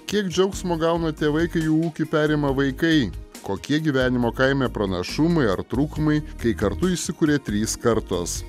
kiek džiaugsmo gauna tėvai kai jų ūkį perima vaikai kokie gyvenimo kaime pranašumai ar trūkumai kai kartu įsikuria trys kartos